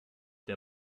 der